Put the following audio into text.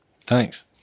Thanks